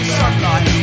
sunlight